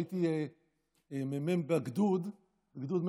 הייתי מ"מ בגדוד 101,